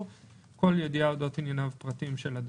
כל ידיעה אודות ענייניו הפרטיים של אדם.